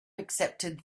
accepted